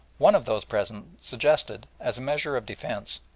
one of those present suggested, as a measure of defence,